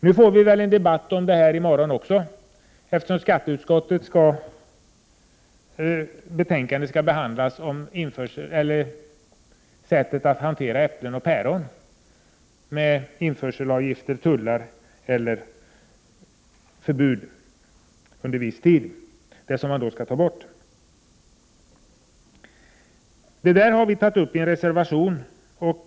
Nu får vi väl en debatt om detta i morgon också, eftersom vi då skall behandla skatteutskottets betänkande om sättet att hantera äpplen och päron, dvs. om vi skall ha införselavgift, tullar eller förbud mot import under viss tid. Dessa frågor har vi tagit upp i reservation 4.